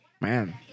Man